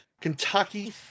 Kentucky